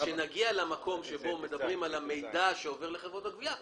כאשר נגיע למקום שבו מדברים על המידע שעובר לחברות הגבייה,